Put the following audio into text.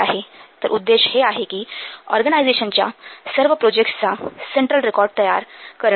तर उद्देश्य हे आहे कि ऑर्गनायझेशनच्या सर्व प्रोजेक्टसचा सेन्ट्रल रेकॉर्ड तयार करणे